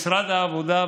משרד העבודה,